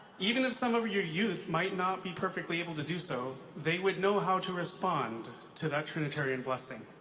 even if some of your youth might not be perfectly able to do so, they would know how to respond to that trinitarian blessing.